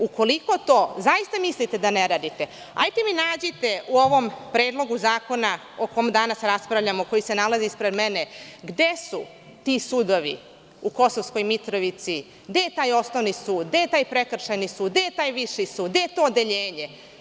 Ukoliko to zaista mislite da ne radite, hajde nađite mi u ovom predlogu zakona, o kome danas raspravljamo, koji se nalazi ispred mene, gde su ti sudovi u Kosovskoj Mitrovici, gde je taj osnovni sud, gde je taj prekršajni sud, gde je taj viši sud, gde je to odeljenje.